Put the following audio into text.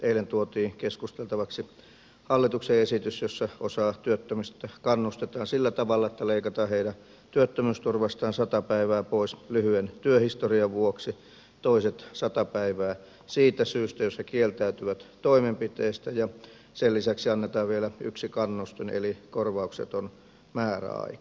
eilen tuotiin keskusteltavaksi hallituksen esitys jossa osaa työttömistä kannustetaan sillä tavalla että leikataan heidän työttömyysturvastaan sata päivää pois lyhyen työhistorian vuoksi toiset sata päivää jos he kieltäytyvät toimenpiteistä ja sen lisäksi annetaan vielä yksi kannustin eli korvaukseton määräaika